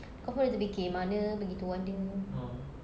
confirm dia terfikir mana pergi tuan dia